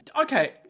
okay